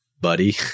buddy